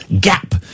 gap